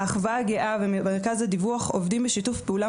האחווה הגאה ומרכז הדיווח עובדים בשיתוף פעולה